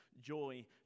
joy